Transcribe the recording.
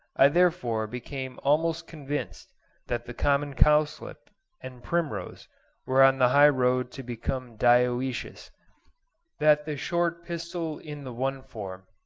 i therefore became almost convinced that the common cowslip and primrose were on the high road to become dioecious that the short pistil in the one form,